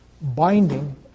binding